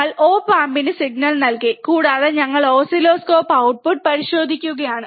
ഞങ്ങൾ op amp ന് signal നൽകി കൂടാതെ ഞങ്ങൾ ഓസിലോസ്കോപ്പ് ഔട്ട്പുട്ട് പരിശോധിക്കുകയാണ്